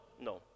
no